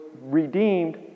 redeemed